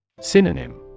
Synonym